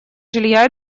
жилья